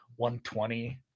120